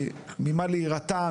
ממה להירתע,